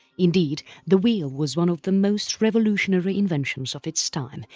indeed, the wheel was one of the most revolutionary inventions of its time,